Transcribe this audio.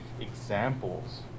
examples